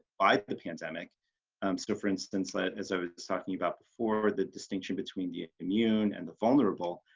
by the pandemic still for instance that as i was talking about before or the distinction between the ah immune and the vulnerable